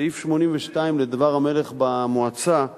סעיף 82 לדבר המלך במועצה,